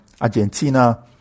Argentina